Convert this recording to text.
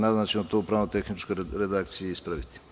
Nadam se da ćemo to u pravno-tehničkoj redakciji ispraviti.